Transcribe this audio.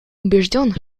убежден